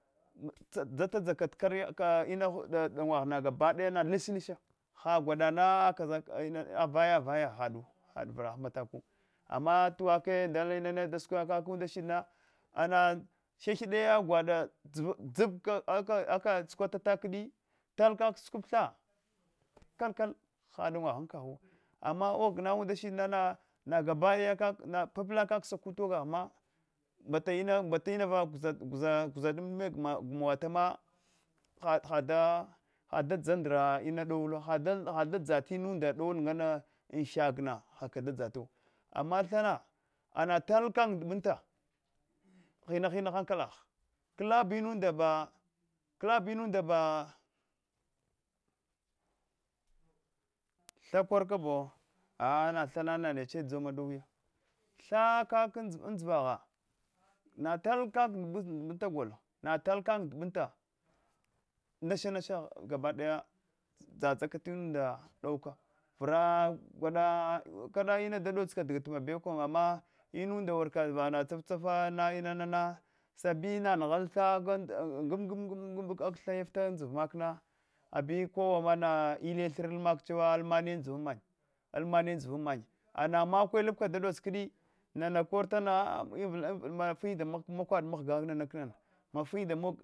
Dzata dzaka karya kanyaka inahunda danwa gha gabaki daya nash nash hagwada kaza nana vaya vaya vaya hadu havra hamataku ama tusakaya ndala inana da sukwi kaka unda shidna ana ghihida daya gulada dzap aka dzap aka tsukwataka kidi tal kak sukub tha kalkal hadawanghu kaghu ama ogna undashidma nagabadaya na gabadaya sapila kak saku oga ghama mbata inana vaguza dam dame gmawa gmawa tana ha da dza ndra ina dowiwa hal da dza tinanda dowula ngana anshakna haka dadsatu ama tha ana tal kak ndubunta nash nash hin hinna gabadaya dzadza ka tinunda ba kala inunda bat ha korkabo anameche dzoma dowiya tha kak andzivagha natal kak ndubuita gol natal kak ndubanta nash nash gabadaya dzadza tinunda dauka ura gwada kada inanda da dot aka gat kama bau kana ma inunda warka vaghama vatsaftsata inana sabi mamghal tha ngb ngb ngb ka tha yifta andziva makna abi kowama ua tha maka chewa alamanan anszivan mannya alammane andsiva mannya ana imakwe labka dadols kdi nana kortana aa mafinda makwud damghya kaa nana mafin